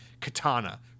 katana